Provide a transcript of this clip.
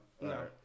no